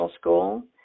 school